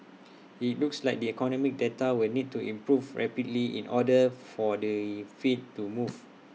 IT looks like the economic data will need to improve rapidly in order for the fed to move